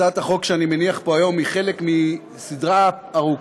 הצעת החוק שאני מניח פה היום היא חלק מסדרה ארוכה